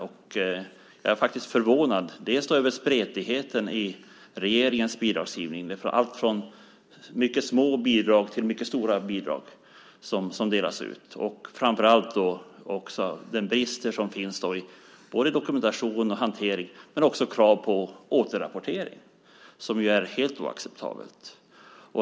Och jag är faktiskt förvånad över spretigheten i regeringens bidragsgivning - det handlar om allt från mycket små bidrag till mycket stora bidrag som delas ut - och framför allt över de brister som finns i fråga om dokumentation och hantering men också i fråga om krav på återrapportering, vilket är helt oacceptabelt.